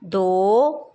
दो